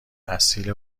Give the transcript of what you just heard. اصیل